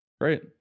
great